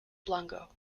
blanco